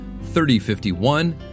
3051